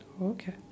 Okay